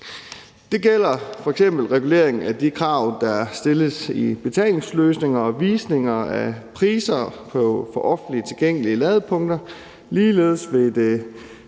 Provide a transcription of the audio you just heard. Det gælder f.eks. reguleringen af de krav, der stilles til betalingsløsninger og visninger af priser på offentligt tilgængelige ladepunkter. Ligeledes vil det